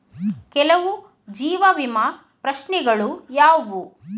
ಕೆಲವು ಜೀವ ವಿಮಾ ಪ್ರಶ್ನೆಗಳು ಯಾವುವು?